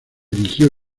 erigió